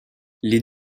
les